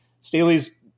Staley's